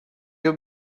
you